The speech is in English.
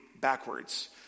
backwards